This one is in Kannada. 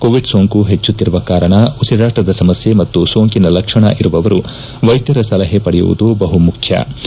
ಕೋವಿಡ್ ಸೋಂಕು ಹೆಚ್ಚುತ್ತಿರುವ ಕಾರಣ ಉಸಿರಾಟದ ಸಮಸ್ಯೆ ಮತ್ತು ಸೋಂಕಿನ ಲಕ್ಷಣ ಇರುವವರು ವೈದ್ಯರ ಸಲಹೆ ಪಡೆಯುವುದು ಬಹುಮುಖ್ಯವಾಗಿದೆ